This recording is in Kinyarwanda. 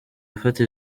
afata